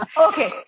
Okay